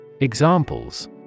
Examples